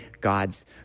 God's